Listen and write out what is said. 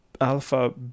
Alpha